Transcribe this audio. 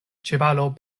ĉevalo